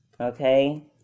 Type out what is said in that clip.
Okay